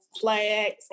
flags